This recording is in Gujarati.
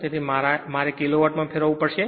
તેથી મારે કિલો વોટમાં ફેરવવું પડશે